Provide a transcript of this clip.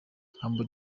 humble